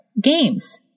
Games